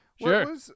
sure